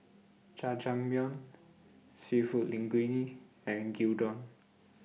Jajangmyeon Seafood Linguine and Gyudon